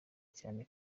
cyane